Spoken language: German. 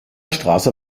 straße